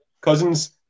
cousins